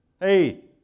hey